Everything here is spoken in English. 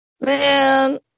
Man